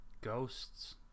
Ghost's